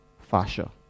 fascia